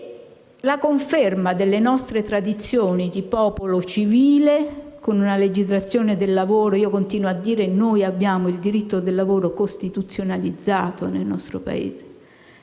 conferma delle nostre tradizioni di popolo civile, con una legislazione del lavoro. Continuo a dire che il diritto del lavoro è costituzionalizzato nel nostro Paese.